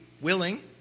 willing